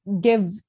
give